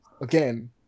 again